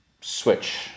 switch